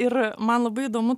ir man labai įdomu